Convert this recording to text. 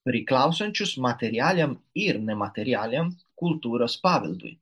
priklausančius materialiniam ir nematerialiam kultūros paveldui